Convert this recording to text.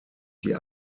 die